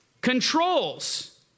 controls